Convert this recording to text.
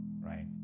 right